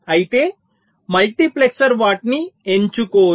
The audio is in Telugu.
అయితే మల్టీప్లెక్సర్ వాటిని ఎంచుకోదు